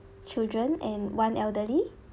children and one elderly